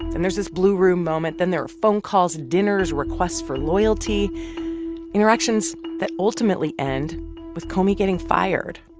then there's this blue room moment. then there are phone calls, dinners, requests for loyalty interactions that ultimately end with comey getting fired.